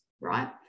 right